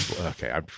okay